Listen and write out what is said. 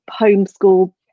homeschool